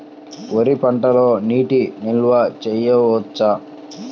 వరి పంటలో నీటి నిల్వ చేయవచ్చా?